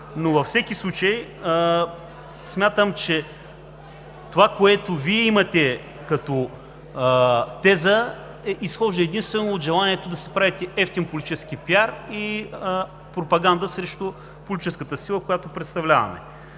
но във всеки случай смятам, че това, което Вие имате като теза, изхожда единствено от желанието да си правите евтин политически пиар и пропаганда срещу политическата сила, която представляваме.